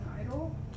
idol